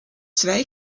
zwei